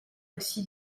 aussi